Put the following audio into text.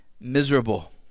miserable